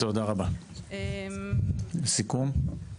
תודה רבה, סיכום,